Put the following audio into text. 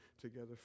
together